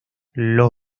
los